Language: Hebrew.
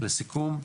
לסיכום,